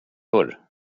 förr